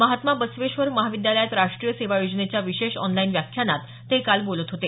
महात्मा बसवेश्वर महाविद्यालयात राष्ट्रीय सेवा योजनेच्या विशेष ऑनलाइन व्याख्यानात ते काल बोलत होते